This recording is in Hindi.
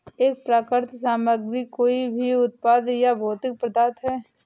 एक प्राकृतिक सामग्री कोई भी उत्पाद या भौतिक पदार्थ है